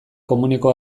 komuneko